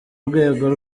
rwego